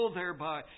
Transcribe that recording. thereby